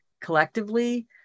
collectively